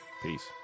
Peace